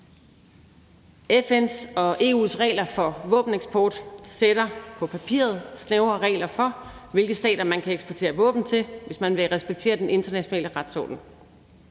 FN’s og EU's regler for våbeneksport sætter, på papiret, snævre regler for, hvilke stater man kan eksportere våben til, hvis man vil respektere den internationale retsorden.